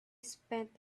spent